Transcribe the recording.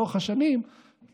לאורך השנה וחצי,